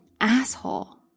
asshole